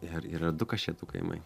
ir yra du kašėtų kaimai